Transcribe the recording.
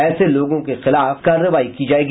ऐसे लोगों के खिलाफ कार्रवाई की जायेगी